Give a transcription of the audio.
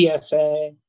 TSA